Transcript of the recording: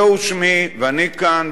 זהו שמי ואני כאן,